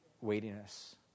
weightiness